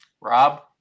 rob